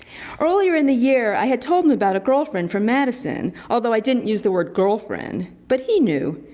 earlier in the year, i had told him about a girlfriend from madison, although i didn't use the word girlfriend. but he knew.